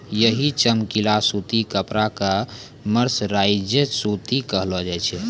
यही चमकीला सूती कपड़ा कॅ मर्सराइज्ड सूती कहलो जाय छै